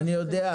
אני יודע.